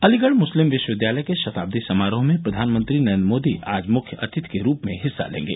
अलीगढ़ मुस्लिम विश्वविद्यालय के शताब्दी समारोह में प्रधानमंत्री नरेन्द्र मोदी आज मुख्य अतिथि के रूप में हिस्सा लेंगे